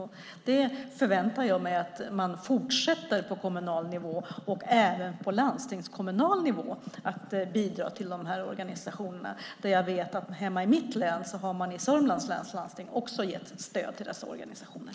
Jag förväntar mig att man på kommunal och landstingskommunal nivå fortsätter att bidra till de här organisationerna. Jag vet att hemma i Sörmlands läns landsting har man gett stöd till dessa organisationer.